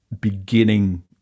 beginning